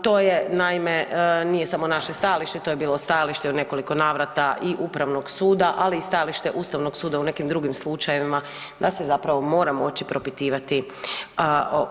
To je naime, nije samo naše stajalište, to je bilo stajalište u nekoliko navrata i Upravnog suda, ali i stajalište Ustavnog suda u nekim drugim slučajevima da se zapravo mora moći propitivati